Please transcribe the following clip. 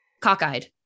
cockeyed